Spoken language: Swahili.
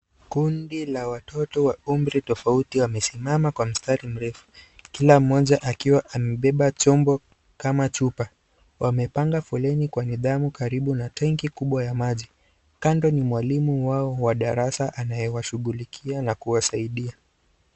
Kundi la watoto wa umri tofauti wamesimama kwa mstari mrefu. Kila mmoja, akiwa amebeba chombo kama chupa. Wamepanga foleni kwa nidhamu karibu na tanki kubwa ya maji. Kando, ni mwalimu wao wa darasa anayewashighulikia na kuwasaidia.